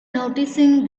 noticing